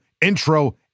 intro